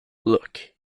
look